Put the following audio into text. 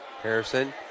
Harrison